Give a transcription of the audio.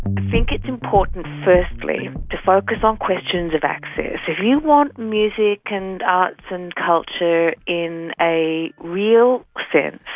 i think it's important firstly to focus on questions of access. if you want music and arts and culture in a real sense,